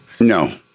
No